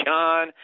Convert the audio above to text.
John